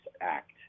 act